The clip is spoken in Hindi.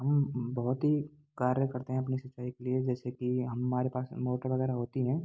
हम बहुत ही कार्य करते हैं अपने सिंचाई के लिए जैसे कि हमारे पास मोटर वगैरह होतीं है